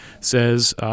says